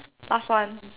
last one